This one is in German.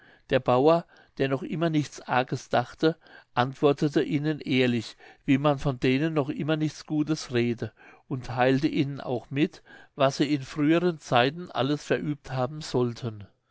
der bauer der noch immer nichts arges dachte antwortete ihnen ehrlich wie man von denen noch immer nichts gutes rede und theilte ihnen auch mit was sie in früheren zeiten alles verübt haben sollten